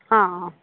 हा